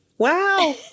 Wow